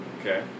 Okay